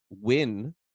win